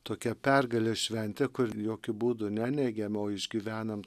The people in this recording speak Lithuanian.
tokia pergalė šventė kuri jokiu būdu ne neigiama o išgyvenant